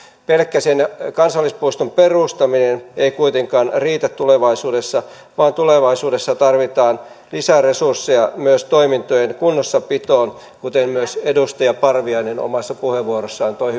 pelkkä sen kansallispuiston perustaminen ei kuitenkaan riitä tulevaisuudessa vaan tulevaisuudessa tarvitaan lisäresursseja myös toimintojen kunnossapitoon kuten myös edustaja parviainen omassa puheenvuorossaan toi